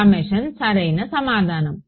summation సరైన సమాధానం